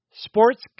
Sports